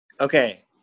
Okay